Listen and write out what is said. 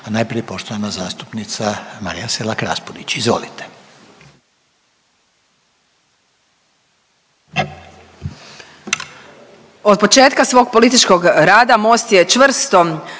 najprije poštovana zastupnica Marija Selak Raspudić. Izvolite.